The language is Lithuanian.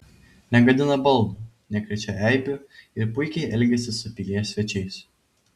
negadina baldų nekrečia eibių ir puikiai elgiasi su pilies svečiais